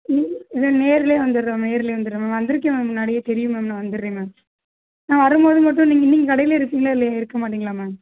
நேர்ல வந்துர்றேன் மேம் நேர்ல வந்துர்றேன் மேம் வந்தியிருக்கேன் மேம் முன்னாடியே தெரியும் மேம் நான் வந்துர்றேன் மேம் நான் வரும்போது மட்டும் நீங் நீங்கள் கடையில இருப்பீங்களா இல்லை இருக்க மாட்டிங்களா மேம்